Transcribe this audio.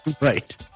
right